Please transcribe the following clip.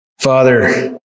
Father